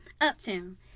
uptown